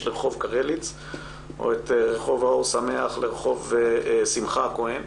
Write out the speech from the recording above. לרחוב קרליץ או את רחוב אור שמח לרחוב שמחה הכהן,